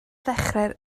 ddechrau